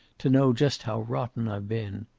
to know just how rotten i've been.